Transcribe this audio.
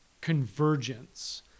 convergence